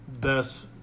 best